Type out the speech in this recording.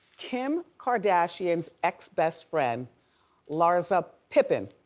kim kardashian's ex best friend larsa pippen